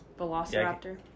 Velociraptor